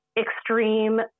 extreme